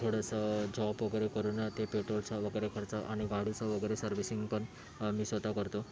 थोडंसं जॉब वगैरे करून ते पेट्रोलचं वगैरे खर्च आणि गाडीचं वगैरे सर्विसिंग पण मी स्वतः करतो